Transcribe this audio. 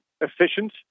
efficient